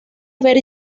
haber